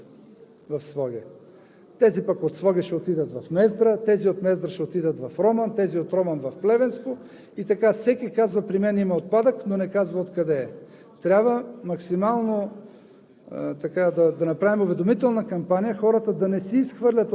и на неподходящи места и при една висока вълна всички отидоха в Своге. Тези пък от Своге ще отидат в Мездра, тези от Мездра ще отидат в Роман, тези от Роман – в Плевенско и така всеки казва: при мен има отпадък, но не казва откъде е. Трябва да